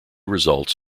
results